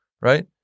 right